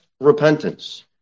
repentance